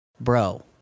bro